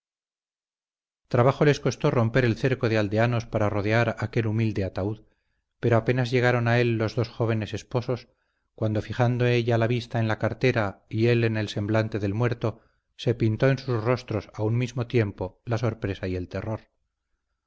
trabajo les costó romper el cerco de aldeanos para rodear aquel humilde ataúd pero apenas llegaron a él los dos jóvenes esposos cuando fijando ella la vista en la cartera y él en el semblante del muerto se pintó en sus rostros a un mismo tiempo la sorpresa y el terror